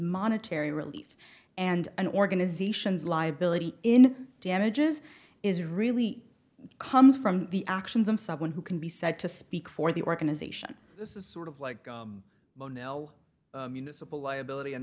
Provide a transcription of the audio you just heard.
monetary relief and an organization's liability in damages is really comes from the actions of someone who can be said to speak for the organization this is sort of like well no municipal liability